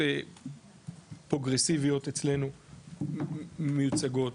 פרוגרסיביות אצלנו מיוצגות